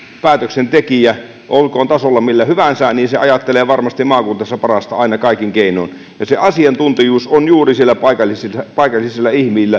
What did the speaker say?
päätöksentekijä olkoon tasolla millä hyvänsä ajattelee varmasti maakuntansa parasta aina kaikin keinoin se asiantuntijuus on juuri siellä paikallisilla paikallisilla